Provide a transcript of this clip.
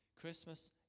Christmas